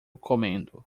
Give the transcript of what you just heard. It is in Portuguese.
comendo